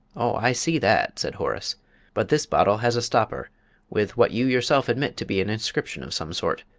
oh, i see that, said horace but this bottle has a stopper with what you yourself admit to be an inscription of some sort.